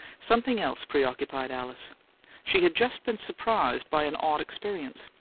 something else preoccupied alice she had just been surprised by an odd experience.